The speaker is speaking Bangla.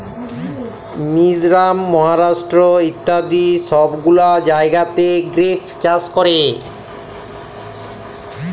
মিজরাম, মহারাষ্ট্র ইত্যাদি সব গুলা জাগাতে গ্রেপ চাষ ক্যরে